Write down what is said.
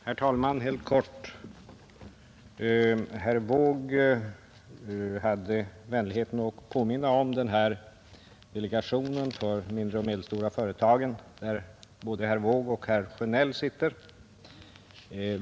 Herr talman! Jag skall fatta mig helt kort. Herr Wååg hade vänligheten att påminna om delegationen för de mindre och medelstora företagen, där både herr Wååg själv och herr Sjönell sitter.